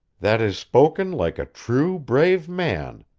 that is spoken like a true, brave man,